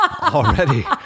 already